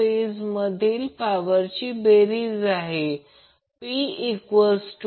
Ic देखील VCN पासून ने लॅग करतो